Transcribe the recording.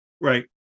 Right